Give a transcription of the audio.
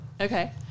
Okay